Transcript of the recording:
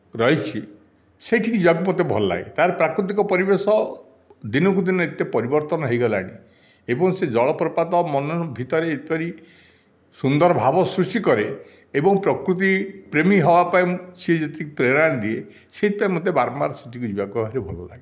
ରହିଛି ସେଠିକି ଯିବାକୁ ମତେ ଭଲ ଲାଗେ ତା'ର ପ୍ରାକୃତିକ ପରିବେଶ ଦିନକୁ ଦିନ ଏତେ ପରିବର୍ତ୍ତନ ହୋଇଗଲାଣି ଏବଂ ସେ ଜଳପ୍ରପାତ ମନରେ ଭିତରେ ଏପରି ସୁନ୍ଦରଭାବ ସୃଷ୍ଟି କରେ ଏବଂ ପ୍ରକୃତି ପ୍ରେମୀ ହେବା ପାଇଁ ସିଏ ଯେତିକି ପ୍ରେରଣା ଦିଏ ସେଥିପାଇଁ ମତେ ବାରମ୍ବାର ସେଠିକି ଯିବା ପାଇଁ ଭାରି ଭଲ ଲାଗେ